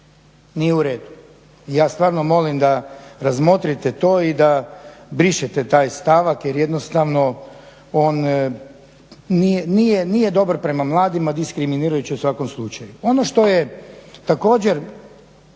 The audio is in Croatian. nije u redu. I ja stvarno molim da razmotrite to i da brišete taj stavak jer jednostavno on nije dobar prema mladima, diskriminirajući je u svakom slučaju. Ono što je također